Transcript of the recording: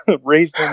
raised